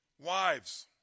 Wives